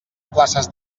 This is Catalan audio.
places